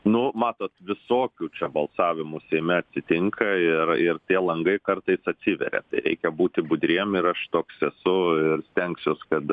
nu matot visokių čia balsavimų seime atsitinka ir ir tie langai kartais atsiveria reikia būti budriem ir aš toks esu ir stengsiuos kad